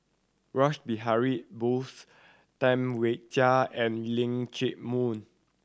Rash Behari Bose Tam Wai Jia and Leong Chee Mun